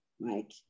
Mike